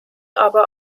aber